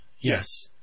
yes